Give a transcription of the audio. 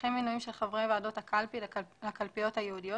דרכי מינוים של חברי ועדות הקלפי לקלפיות הייעודיות